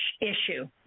issue